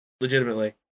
legitimately